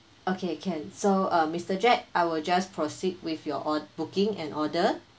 okay can so uh mister jack I will just proceed with your on booking and order